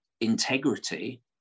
integrity